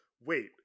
wait